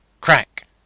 crack